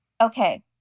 okay